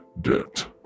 debt